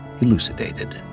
elucidated